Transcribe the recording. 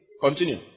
Continue